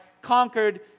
conquered